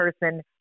person